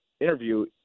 interview